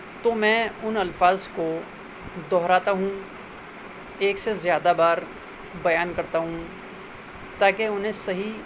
تو میں ان الفاظ کو دہراتا ہوں ایک سے زیادہ بار بیان کرتا ہوں تاکہ انہیں صحیح